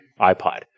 iPod